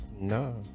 No